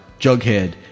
jughead